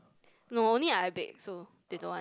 no only I bake so they don't want